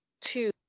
two